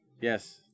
Yes